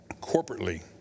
Corporately